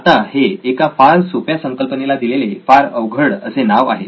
आता हे एका फार सोप्या संकल्पनेला दिलेले फार अवघड असे नाव आहे